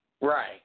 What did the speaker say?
Right